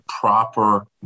proper